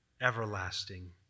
everlasting